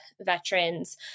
veterans